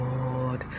Lord